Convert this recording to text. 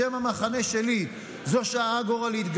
בשם המחנה שלי: זו שעה גורלית.